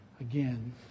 Again